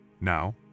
Now